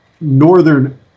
northern